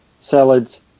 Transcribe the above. salads